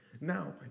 Now